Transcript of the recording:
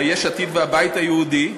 יש עתיד והבית היהודי,